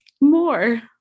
more